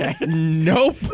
Nope